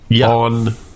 on